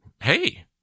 hey